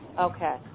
Okay